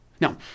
Now